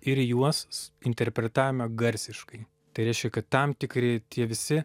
ir juos s interpretavome garsiškai tai reiškia kad tam tikri tie visi